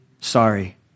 sorry